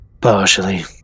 Partially